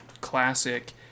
classic